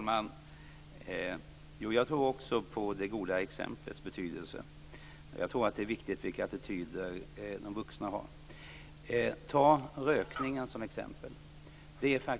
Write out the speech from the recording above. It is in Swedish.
Fru talman! Jag tror också på det goda exemplets betydelse. Jag tror att det är viktigt vilka attityder de vuxna har. Ta rökningen som exempel.